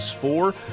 four